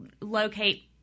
locate